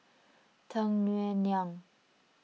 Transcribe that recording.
Tung Yue Nang